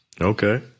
Okay